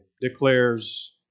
declares